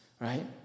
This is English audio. right